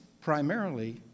primarily